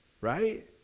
right